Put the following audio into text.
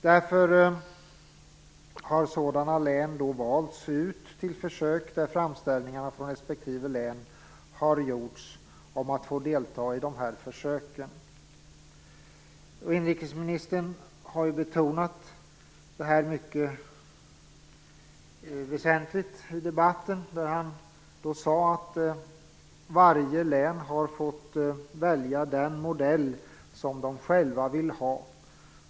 Därför har sådana län valts ut till försök där framställningar från respektive län har gjorts om att få delta i de här försöken. Inrikesministern har i debatten betonat att detta är mycket väsentligt. Han sade att varje län har fått välja den modell som de själva vill ha.